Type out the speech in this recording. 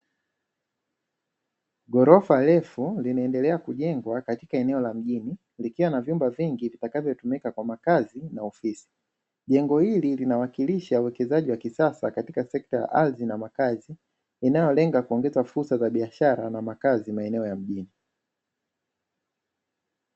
Ghorofa refu linaendelea kujengwa katika eneo la mjini likiwa na vyumba vingi vitakavyotumika kwa makazi na ofisi. Jengo hili linawakilisha uwekezaji wa kisasa katika sekta ya ardhi na makazi linalolenga kuongeza fursa za biashara na makazi maeneo ya mjini.